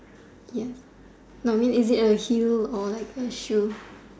ya no I mean is it a heel or like a shoe